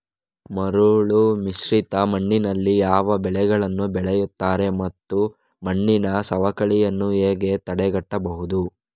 ಮರಳುಮಿಶ್ರಿತ ಮಣ್ಣಿನಲ್ಲಿ ಯಾವ ಬೆಳೆಗಳನ್ನು ಬೆಳೆಯುತ್ತಾರೆ ಮತ್ತು ಮಣ್ಣಿನ ಸವಕಳಿಯನ್ನು ಹೇಗೆ ತಡೆಗಟ್ಟಬಹುದು?